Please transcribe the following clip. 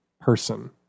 person